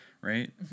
right